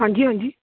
ਹਾਂਜੀ ਹਾਂਜੀ